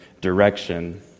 direction